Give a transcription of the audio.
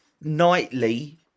nightly